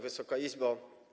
Wysoka Izbo!